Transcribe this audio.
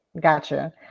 Gotcha